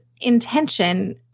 intention